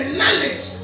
knowledge